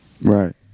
Right